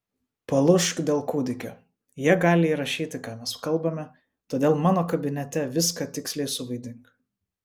palūžk dėl kūdikio jie gali įrašyti ką mes kalbame todėl mano kabinete viską tiksliai suvaidink